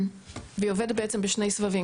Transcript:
והיא עובדת בעצם בשני סבבים,